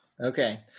Okay